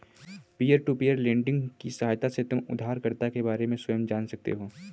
peer to peer lending की सहायता से तुम उधारकर्ता के बारे में स्वयं जान सकते हो